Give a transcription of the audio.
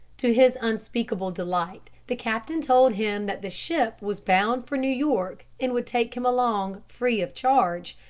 to his unspeakable delight the captain told him that the ship was bound for new york and would take him along free of charge,